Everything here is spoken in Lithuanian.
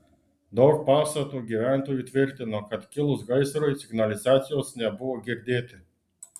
daug pastato gyventojų tvirtino kad kilus gaisrui signalizacijos nebuvo girdėti